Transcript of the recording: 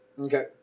Okay